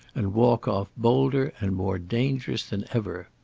and walk off bolder and more dangerous than ever.